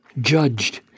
judged